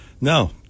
No